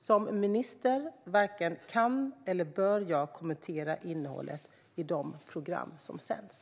Som minister varken kan eller bör jag kommentera innehållet i de program som sänds.